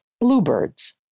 bluebirds